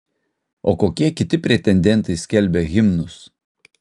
o kokie kiti pretendentai skelbia himnus